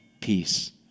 peace